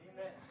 Amen